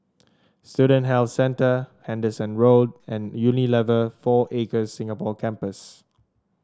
Student Health Centre Henderson Road and Unilever Four Acres Singapore Campus